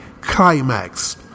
Climax